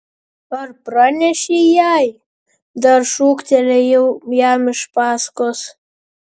ar pranešei jai dar šūktelėjau jam iš paskos